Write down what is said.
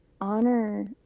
honor